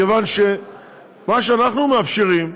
מכיוון שמה שאנחנו מאפשרים,